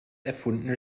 erfundene